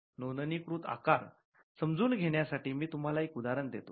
नोंदणीकृत आकार समजून घेण्यासाठी मी तुम्हाला एक उदाहरण देतो